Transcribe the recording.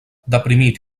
deprimit